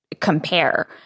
compare